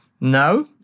now